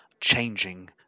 changing